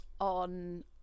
on